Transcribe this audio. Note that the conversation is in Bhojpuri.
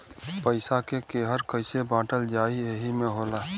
पइसा के केहर कइसे बाँटल जाइ एही मे होला